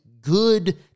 good